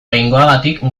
behingoagatik